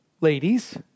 ladies